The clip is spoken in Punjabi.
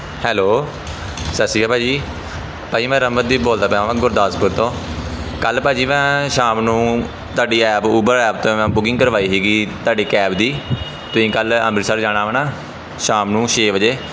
ਹੈਲੋ ਸਤਿ ਸ਼੍ਰੀ ਅਕਾਲ ਭਾਅ ਜੀ ਭਾਅ ਜੀ ਮੈਂ ਰਮਨਦੀਪ ਬੋਲਦਾ ਪਿਆ ਹਾਂ ਗੁਰਦਾਸਪੁਰ ਤੋਂ ਕੱਲ੍ਹ ਭਾਅ ਜੀ ਮੈਂ ਸ਼ਾਮ ਨੂੰ ਤੁਹਾਡੀ ਐਪ ਉਬਰ ਐਪ 'ਤੇ ਮੈਂ ਬੁਕਿੰਗ ਕਰਵਾਈ ਸੀਗੀ ਤੁਹਾਡੀ ਕੈਬ ਦੀ ਤੁਸੀਂ ਕੱਲ੍ਹ ਅੰਮ੍ਰਿਤਸਰ ਜਾਣਾ ਵਾ ਨਾ ਸ਼ਾਮ ਨੂੰ ਛੇ ਵਜੇ